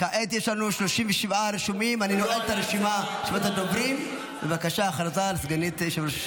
כשאתם עוצרים אותי, אתם תיתנו לי את הזמן.